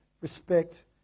respect